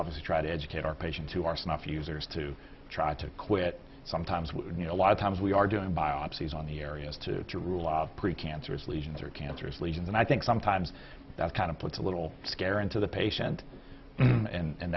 always try to educate our patients who are snuff users to try to quit sometimes you know a lot of times we are doing biopsies on the areas to rule out precancerous lesions or cancers lesions and i think sometimes that kind of puts a little scare into the patient and